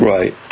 Right